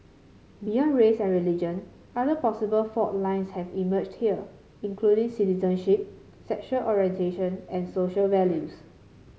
beyond race and religion other possible fault lines have emerged here including citizenship sexual orientation and social values